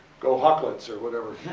go hawklettes, or whatever.